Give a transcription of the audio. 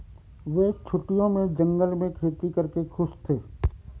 वे छुट्टियों में जंगल में खेती करके खुश थे